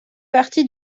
partie